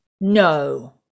No